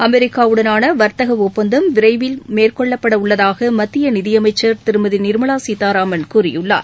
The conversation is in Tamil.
அமெரிக்கா உடனான வர்த்தக ஒப்பந்தம் விரைவில் மேற்கொள்ள உள்ளதாக மத்திய நிதியமைச்ச் திருமதி நிர்மலா சீதாராமன் கூறியுள்ளார்